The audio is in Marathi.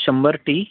शंभर टी